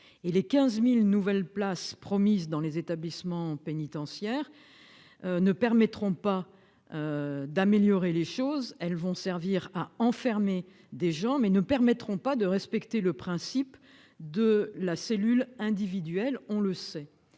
Les 15 000 nouvelles places promises dans les établissements pénitentiaires ne permettront pas d'améliorer la situation. Elles vont servir à enfermer des gens, mais n'assureront pas le respect du principe de l'encellulement individuel, on le sait.